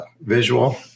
visual